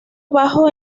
abajo